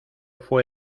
fue